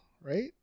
right